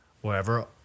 wherever